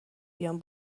بیام